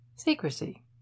secrecy